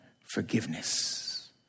forgiveness